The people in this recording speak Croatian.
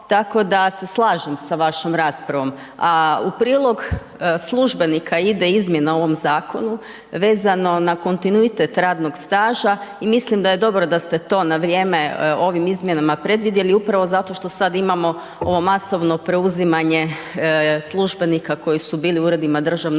tako da se slažem sa vašom raspravom, a u prilog službenika ide izmjena u ovom zakonu vezano na kontinuitet radnog staža i mislim da je dobro da ste to na vrijeme ovim izmjenama predvidjeli upravo zato što sad imamo ovo masovno preuzimanje službenika koji su bili u uredima državne uprave